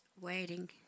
waiting